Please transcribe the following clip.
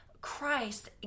Christ